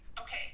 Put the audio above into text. okay